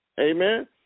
Amen